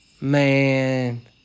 Man